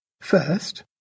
First